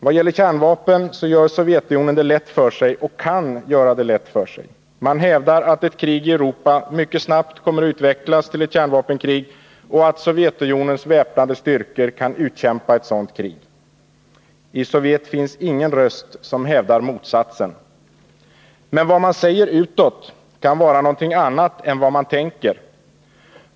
Vad gäller kärnvapen gör Sovjetunionen det lätt för sig och kan göra det lätt för sig. Man hävdar att ett krig i Europa mycket snabbt kommer att utvecklas till ett kärnvapenkrig och att Sovjetunionens väpnade styrkor kan utkämpa ett sådant krig. I Sovjet finns ingen röst som hävdar motsatsen. Men vad man säger utåt kan vara någonting annat än vad man tänker.